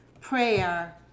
prayer